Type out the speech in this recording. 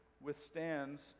withstands